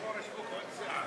עמיתי חברי הכנסת,